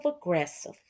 aggressive